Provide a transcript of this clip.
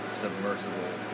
submersible